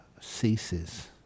ceases